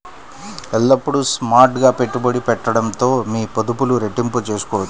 ఎల్లప్పుడూ స్మార్ట్ గా పెట్టుబడి పెట్టడంతో మీ పొదుపులు రెట్టింపు చేసుకోవచ్చు